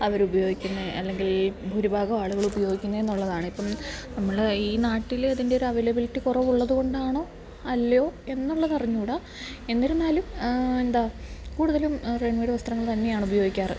അവർ ഉപയോഗിക്കുന്നത് അല്ലെങ്കിൽ ഭൂരിഭാഗം ആളുകൾ ഉപയോഗിക്കുന്നത് എന്നുള്ളതാണ് ഇപ്പം നമ്മൾ ഈ നാട്ടില് ഇതിൻ്റെ ഒരു അവൈലബിലിറ്റി കുറവുള്ളത് കൊണ്ടാണോ അല്ലയോ എന്നുള്ളത് അറിഞ്ഞു കൂടാ എന്നിരുന്നാലും എന്താണ് കൂടുതലും റെഡിമേയ്ഡ് വസ്ത്രങ്ങൾ തന്നെയാണ് ഉപയോഗിക്കാറുള്ളത്